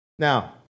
Now